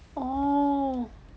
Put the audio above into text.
oh